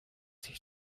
sich